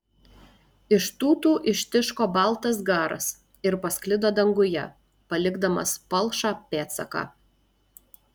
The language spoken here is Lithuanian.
iš tūtų ištiško baltas garas ir pasklido danguje palikdamas palšą pėdsaką